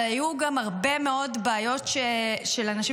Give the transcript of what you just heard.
אבל היו גם הרבה מאוד בעיות של אנשים